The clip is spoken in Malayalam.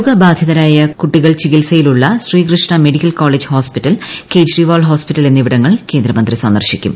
രോഗിബാധിതരായ കുട്ടികൾ ചികിത്സയിലുള്ള Srikrishna medical college hospital Kejriwal hospital എന്നിവിടങ്ങൾ കേന്ദ്രമന്ത്രി സന്ദർശിക്കും